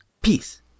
peace